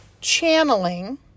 channeling